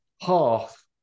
half